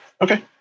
Okay